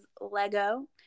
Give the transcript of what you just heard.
Lego